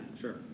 Sure